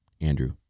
Andrew